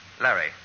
Larry